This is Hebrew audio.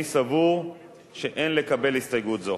אני סבור שאין לקבל הסתייגות זו.